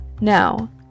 now